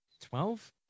Twelve